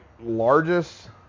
largest